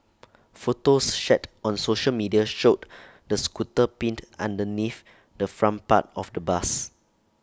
photos shared on social media showed the scooter pinned underneath the front part of the bus